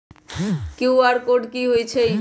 QR code कि हई छई?